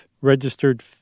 registered